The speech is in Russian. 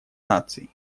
наций